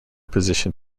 position